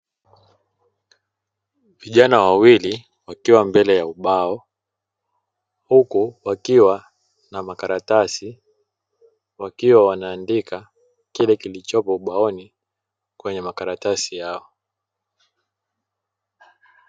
Vijana wawili wakiwa mbele ya ubao, huku wakiwa na makaratasi wakiwa wanaandika kile kilichopo ubaoni kwenye makaratasi yao.